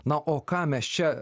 na o ką mes čia